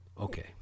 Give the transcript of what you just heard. Okay